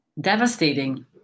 devastating